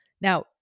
Now